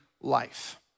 life